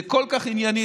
זה כל כך ענייני,